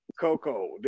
Coco